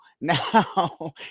now